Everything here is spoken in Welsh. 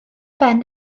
ben